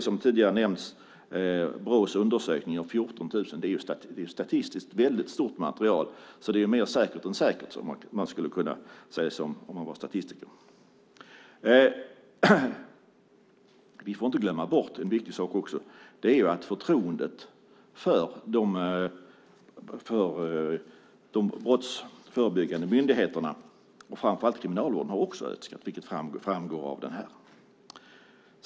Som tidigare nämnts finns Brås undersökning av 14 000. Det är statistiskt ett stort material. Det är mer säkert än säkert, skulle man kunna säga om man var statistiker. Vi får inte glömma bort en viktig sak. Det är att förtroendet för de brottsförebyggande myndigheterna och framför allt kriminalvården också har ökat, vilket framgår av undersökningen.